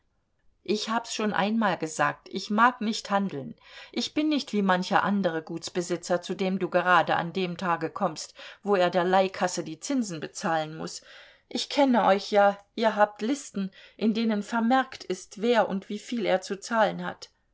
ich hab's schon einmal gesagt ich mag nicht handeln ich bin nicht wie mancher andere gutsbesitzer zu dem du gerade an dem tage kommst wo er der leihkasse die zinsen bezahlen muß ich kenne euch ja ihr habt listen in denen vermerkt ist wer und wieviel er zu zahlen hat